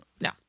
No